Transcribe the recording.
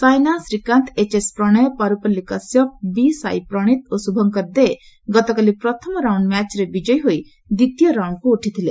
Saina Srikanth HS Prannoy Parupalli Kashyap B Sai Praneeth ଓ ଶୁଭଙ୍କର ଦେ ଗତକାଲି ପ୍ରଥମ ରାଉଣ୍ଡ୍ ମ୍ୟାଚ୍ରେ ବିଜୟୀ ହୋଇ ଦ୍ୱିତୀୟ ରାଉଣ୍ଡ୍କୁ ଉଠିଥିଲେ